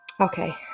okay